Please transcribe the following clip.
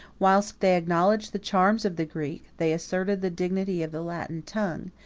whilst they acknowledged the charms of the greek, they asserted the dignity of the latin tongue,